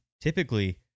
typically